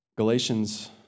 Galatians